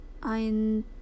ein